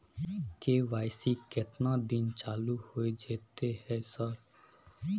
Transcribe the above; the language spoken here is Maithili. के.वाई.सी केतना दिन चालू होय जेतै है सर?